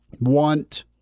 want